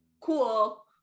Cool